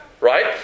right